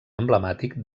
emblemàtic